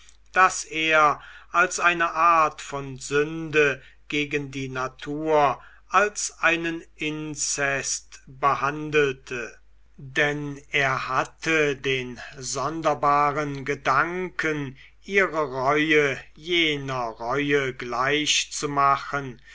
das er als eine art sünde gegen die natur als einen inzest behandelte denn er hatte den sonderbaren gedanken ihre reue jener reue gleich zu machen